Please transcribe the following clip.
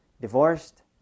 divorced